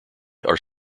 are